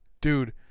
Dude